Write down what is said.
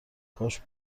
کاش